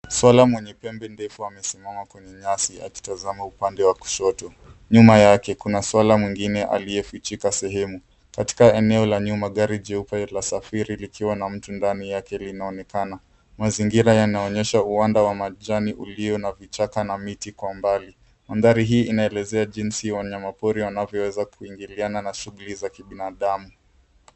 Swala mwenye pembe ndefu amesimama kwenye nyasi akitazama upande wa kushoto. Nyuma yake kuna swala mwingine aliyefichika sehemu. Katika eneo la nyuma gari jeupe lasafiri likiwa na mtu ndani yake linaonekana. Mazingira yanaonyesha uwanda wa majani ulio na vichaka na miti kwa mbali. Mandhari hii inaelezea jinsi ya wanyamapori wanavyoweza kuingiliana na shughuli za kibinadamu.